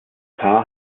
paar